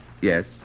Yes